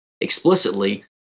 explicitly